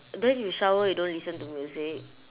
then you shower you don't listen to music